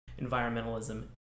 environmentalism